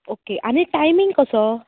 okay आनी timing कसो